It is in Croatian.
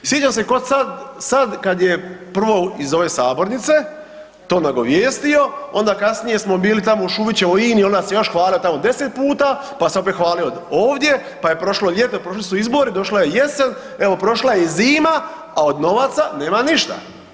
Sjećam se ko sad kad je prvo iz ove sabornice to nagovijestio, onda kasnije smo bili tamo u Šubićevoj u INI onda se je još hvalio tamo 10 puta, pa se opet hvalio ovdje, pa je prošlo ljeto, prošli su izbori, došla je jesen, evo prošla je i zima, a od novaca nema ništa.